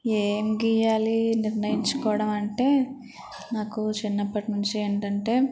ఏం గీయాలి నిర్ణయించుకోవడం అంటే నాకు చిన్నప్పటినుంచి ఏంటంటే